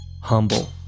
Humble